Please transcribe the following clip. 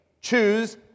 choose